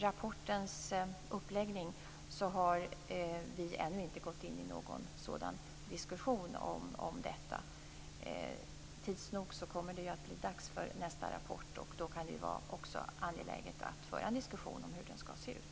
Rapportens uppläggning har vi ännu gått in i någon diskussion om. Tids nog kommer det att bli dags för nästa rapport, och då kan det vara angeläget att föra en diskussion om hur den skall se ut.